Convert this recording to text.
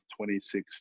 2016